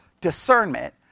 discernment